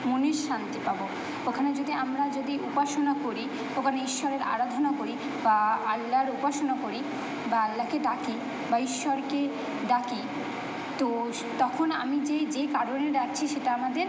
মনের শান্তি পাবো ওখানে যদি আমরা যদি উপাসনা ঈশ্বরের আরাধনা করি বা আল্লার উপাসনা করি বা আল্লাকে ডাকি বা ঈশ্বরকে ডাকি তো তখন আমি যেই যেই কারণে ডাকছি সেটা আমাদের